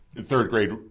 third-grade